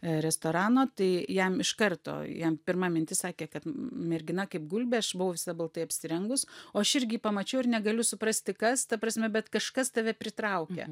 restorano tai jam iš karto jam pirma mintis sakė kad mergina kaip gulbė aš buvau visa baltai apsirengus o aš irgi jį pamačiau ir negaliu suprasti kas ta prasme bet kažkas tave pritraukia